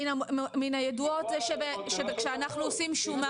מן הידועות זה שכשאנחנו עושים שומה